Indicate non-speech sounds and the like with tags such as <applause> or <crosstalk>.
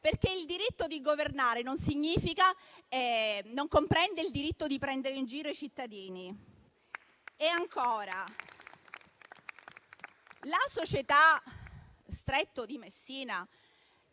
perché il diritto di governare non comprende quello di prendere in giro i cittadini. <applause> E ancora, la società Stretto di Messina